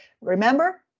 Remember